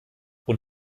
und